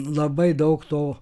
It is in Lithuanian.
labai daug to